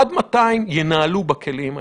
עד 200 ינהלו בכלים האפשריים.